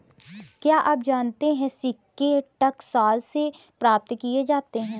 क्या आप जानते है सिक्के टकसाल से प्राप्त किए जाते हैं